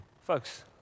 Folks